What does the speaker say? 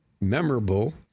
memorable